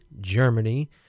Germany